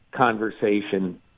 conversation